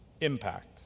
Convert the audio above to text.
impact